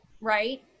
right